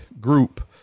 group